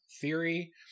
Theory